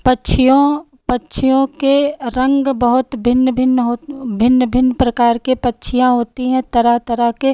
पक्षियों पक्षियों के रंग बहुत भिन्न भिन्न भिन्न भिन्न प्रकार के पक्षियाँ होती हैं तरह तरह के